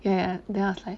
ya then I was like